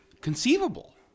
conceivable